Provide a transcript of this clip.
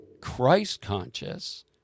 Christ-conscious